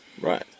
Right